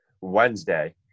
wednesday